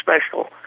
special